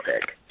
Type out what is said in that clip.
pick